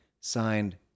Signed